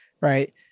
right